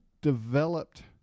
developed